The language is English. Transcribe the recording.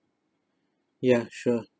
ya sure